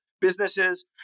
businesses